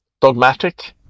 dogmatic